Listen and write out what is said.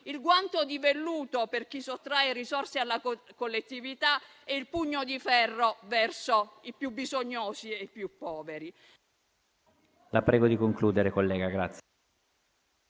il guanto di velluto per chi sottrae risorse alla collettività e il pugno di ferro verso i più bisognosi e i più poveri.